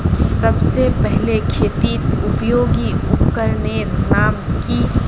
सबसे पहले खेतीत उपयोगी उपकरनेर नाम की?